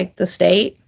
like the state.